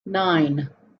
nine